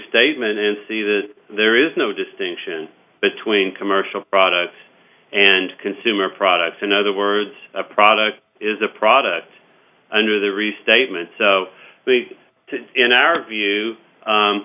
restatement and see that there is no distinction between commercial products and consumer products in other words a product is a product under the restatement of the in our view